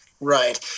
Right